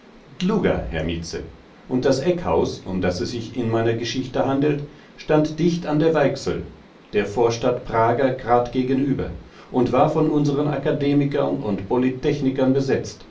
herr mietzel und das eckhaus um das es sich in meiner geschichte handelt stand dicht an der weichsel der vorstadt praga grad gegenüber und war von unseren akademikern und polytechnikern besetzt